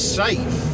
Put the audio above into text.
safe